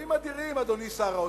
אלוהים אדירים, אדוני שר האוצר,